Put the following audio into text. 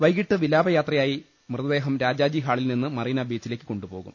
വൈകീട്ട് വിലാ പ യാ ത്ര യാ യി മൃതദേഹം രാജാജി ഹാളിൽ നിന്ന് മറീനാബീച്ചിലേക്ക് കൊണ്ടുപോകും